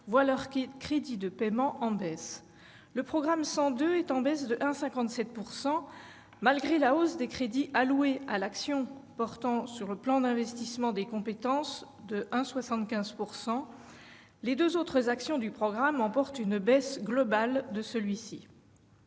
voient leurs crédits de paiement baisser. Le programme 102 baisse de 1,57 %. Malgré la hausse de 1,75 % des crédits alloués à l'action Plan d'investissement des compétences, les deux autres actions du programme emportent une baisse globale de celui-ci.